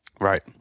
Right